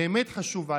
באמת חשובה,